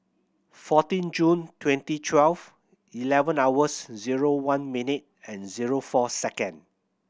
fourteen June twenty twelve eleven hours zero one minute and zero four second